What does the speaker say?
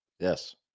Yes